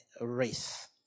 race